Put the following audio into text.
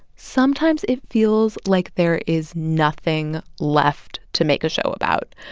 sometimes it feels like there is nothing left to make a show about.